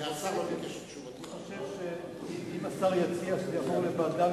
אני חושב שאם השר יציע שזה יעבור לוועדה